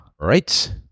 right